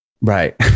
Right